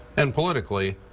and politically,